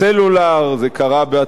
זה קרה בהטבות המס